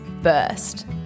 first